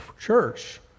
church